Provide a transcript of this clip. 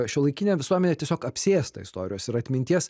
šiuolaikinė visuomenė tiesiog apsėsta istorijos ir atminties